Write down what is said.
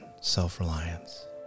self-reliance